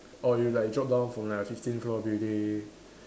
or you like drop down from like fifteen floor building